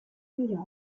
new